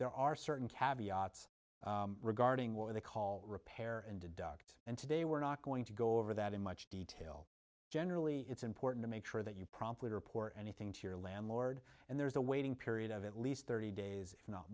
there are certain caviar regarding what they call repair and deduct and today we're not going to go over that in much detail generally it's important to make sure that you promptly report anything to your landlord and there's a waiting period of at least thirty days if not